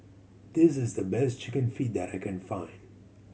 this is the best Chicken Feet that I can find